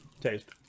taste